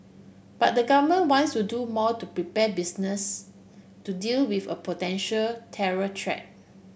but the government wants to do more to prepare business to deal with a potential terror threat